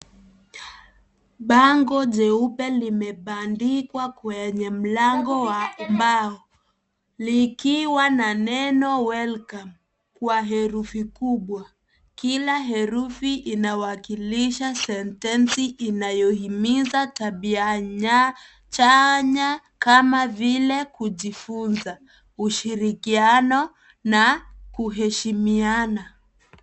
Bango jeupe limebandikwa kwenye mlango wa mbao, liliwa na neno (cs)welcome(cs), kwa herufi kubwa, kila herufi inawakilisha sentensi inayohimiza tabia nya, chanya, kama vile kujifunza, ushirikiano, na , kuheshimiana.